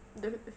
the